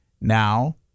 Now